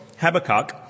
Habakkuk